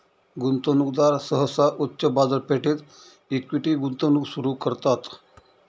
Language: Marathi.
गुंतवणूकदार सहसा उच्च बाजारपेठेत इक्विटी गुंतवणूक सुरू करतात